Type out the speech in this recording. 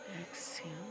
Exhale